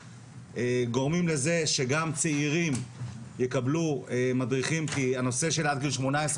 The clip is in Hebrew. גורמים לזה שגם צעירים יקבלו מדריכים כי הנושא של עד גיל 18,